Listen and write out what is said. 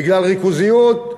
בגלל ריכוזיות,